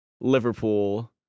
Liverpool